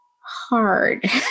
hard